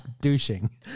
douching